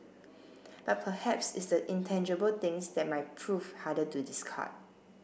but perhaps it's the intangible things that might prove harder to discard